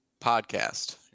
podcast